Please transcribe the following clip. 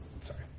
Sorry